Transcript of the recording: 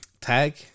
Tag